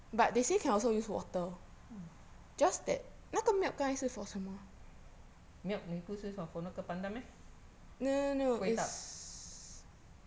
mm milk 你不是说 for 那个 pandan meh 味道